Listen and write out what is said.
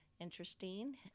interesting